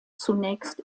zunächst